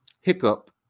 hiccup